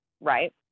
right